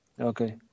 Okay